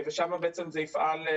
ושם בעצם זה יפעל.